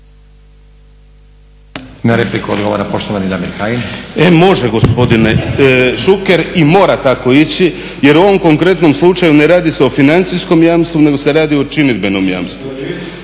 Na repliku odgovara poštovani Damir Kajin. **Kajin, Damir (ID - DI)** E može, gospodine Šuker, i mora tako ići jer u ovom konkretnom slučaju ne radi se o financijskom jamstvu nego se radi o činidbenom jamstvu.